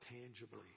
Tangibly